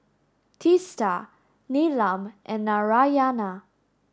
Teesta Neelam and Narayana